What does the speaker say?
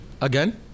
Again